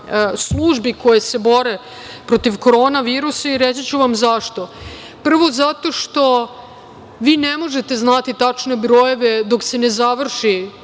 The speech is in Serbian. službi koje se bore protiv korona virusa. Reći ću vam zašto. Prvo zato što vi ne možete znati tačne brojeve dok se ne završi